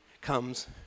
comes